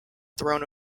throne